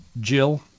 Jill